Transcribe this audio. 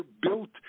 built